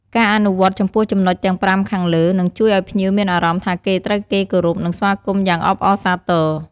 ការអនុវត្តចំពោះចំណុចទាំង៥ខាងលើ នឹងជួយឲ្យភ្ញៀវមានអារម្មណ៍ថាគេត្រូវគេគោរព និងស្វាគមន៍យ៉ាងអបអរសាទរ។